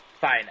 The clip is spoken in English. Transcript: Fine